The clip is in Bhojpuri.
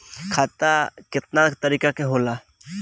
खाता केतना तरीका के होला?